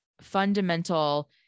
fundamental